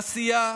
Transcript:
עשייה,